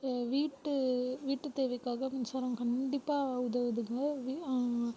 ஏ வீட்டு வீட்டு தேவைக்காக மின்சாரம் கண்டிப்பாக உதுவுதுங்க வீ